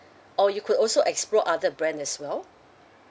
or you could also explore other brand as well